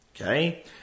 Okay